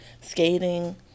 skating